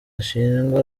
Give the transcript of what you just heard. ashinjwa